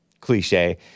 cliche